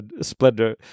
splendor